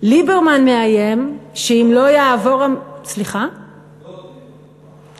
ליברמן מאיים שאם לא יעבור, הדוד ליברמן.